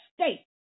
state